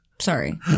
sorry